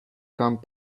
camp